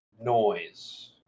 noise